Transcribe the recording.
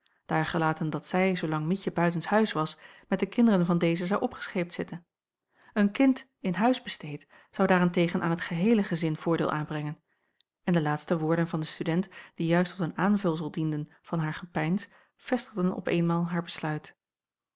daargelaten dat zij zoolang mietje buitenshuis was met de kinderen van deze zou opgescheept zitten een kind in huis besteed zou daar-en-tegen aan het geheele gezin voordeel aanbrengen en de laatste woorden van den student die juist tot een aanvulsel dienden van haar gepeins vestigden op eenmaal haar besluit